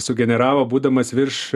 sugeneravo būdamas virš